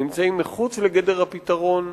נמצאים מחוץ לגדר הפתרון,